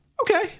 okay